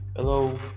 Hello